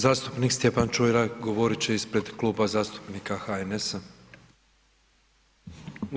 Zastupnik Stjepan Čuraj govorit će ispred Kluba zastupnika HNS-a.